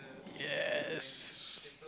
yes